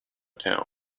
town